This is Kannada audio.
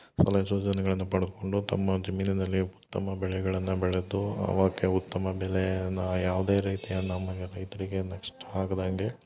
ಸಲಹೆ ಸೂಚನೆಗಳನ್ನ ಪಡದ್ಕೊಂಡು ತಮ್ಮ ಜಮೀನಿನಲ್ಲಿ ಉತ್ತಮ ಬೆಳೆಗಳನ್ನ ಬೆಳೆದು ಅವಕ್ಕೆ ಉತ್ತಮ ಬೆಲೆಯನ್ನ ಯಾವುದೇ ರೀತಿಯ ನಮಗೆ ರೈತರಿಗೆ ನಷ್ಟ ಆಗದಂಗೆ